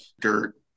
dirt